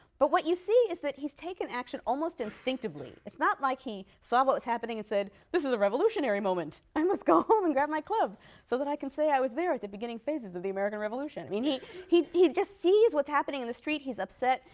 but what you see is that he's taken action almost instinctively. it's not like he saw what was happening and said, this is a revolutionary moment. i must go home and grab my club so that i can say i was there at the beginning phases of the american revolution i mean he just sees what's happening in the street, he's upset,